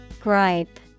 Gripe